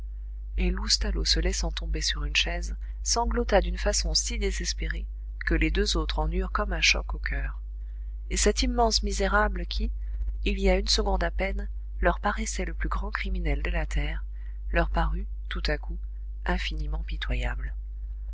et loustalot se laissant tomber sur une chaise sanglota d'une façon si désespérée que les deux autres en eurent comme un choc au coeur et cet immense misérable qui il y a une seconde à peine leur paraissait le plus grand criminel de la terre leur parut tout à coup infiniment pitoyable